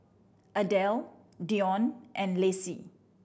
Adell Dionne and Lacy